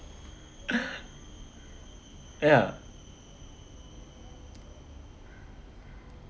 ya